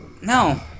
No